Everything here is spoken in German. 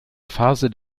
phase